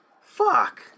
Fuck